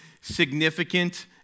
significant